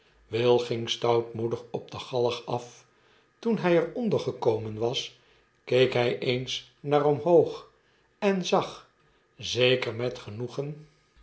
will ging stoutmoedig op de galg af toen hy er onder gekomen was keek hij eens naar omhoog en zag zeker met genoegen